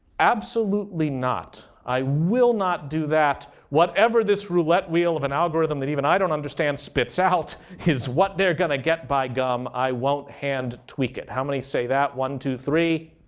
absolutely not. i will not do that. whatever this roulette wheel of an algorithm that even i don't understand spits out is what they're going to get. by gum, i won't hand tweak it. how many say that? one, two, three.